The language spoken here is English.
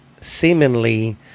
seemingly